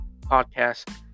podcast